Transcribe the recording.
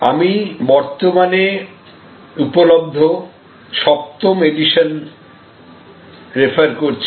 আমি বর্তমানে উপলব্ধ সপ্তম এডিশন রেফার করছি